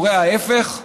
קורה ההפך?